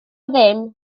ddim